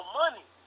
money